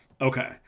okay